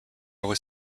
was